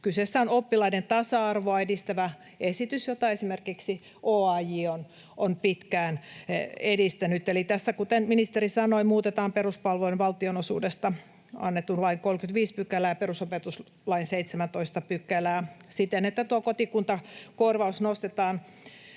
Kyseessä on oppilaiden tasa-arvoa edistävä esitys, jota esimerkiksi OAJ on pitkään edistänyt. Eli tässä, kuten ministeri sanoi, muutetaan peruspalvelujen valtionosuudesta annetun lain 35 §:ää ja perusopetuslain 17 §:ää siten, että tuo kotikuntakorvaus nostetaan